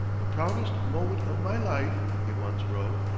the proudest moment of my life, he once wrote,